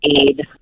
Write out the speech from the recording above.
aid